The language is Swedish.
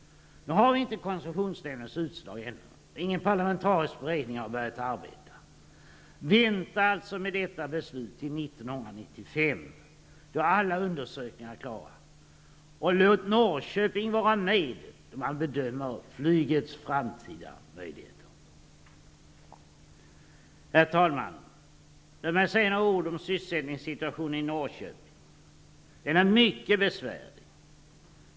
Vi har inte koncessionsnämndens utslag ännu, och ingen parlamentarisk beredning har börjat arbeta. Vänta alltså med detta beslut till 1995, då alla undersökningar är klara, och låt Norrköping vara med då man bedömer flygets framtida möjligheter. Herr talman! Låt mig säga några ord om sysselsättningssituationen i Norrköping. Den är mycket besvärlig.